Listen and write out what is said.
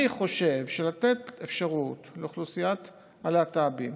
אני חושב שלתת אפשרות לאוכלוסיית הלהט"בים